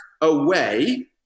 away